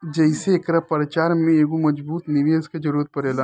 जेइसे एकरा प्रचार में एगो मजबूत निवेस के जरुरत पड़ेला